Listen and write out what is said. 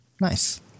Nice